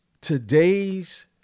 Today's